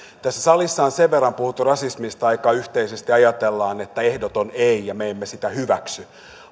tässä salissa on sen verran puhuttu rasismista ja aika yhteisesti ajatellaan että ehdoton ei ja me emme sitä hyväksy